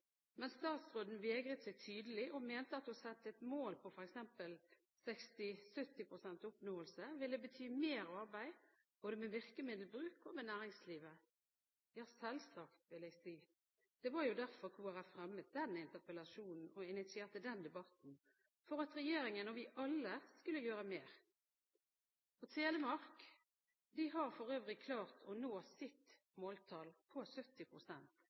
men statsråden vegret seg tydelig og mente at å sette et mål på f.eks. 60–70 pst. oppnåelse, ville bety mer arbeid både med virkemiddelbruk og med næringslivet. Ja, selvsagt, vil jeg si. Det var jo derfor Kristelig Folkeparti fremmet den interpellasjonen og initierte den debatten, for at regjeringen og vi alle skulle gjøre mer. Telemark har for øvrig klart å nå sitt måltall på